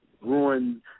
ruined